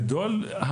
בגדול,